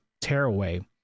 tearaway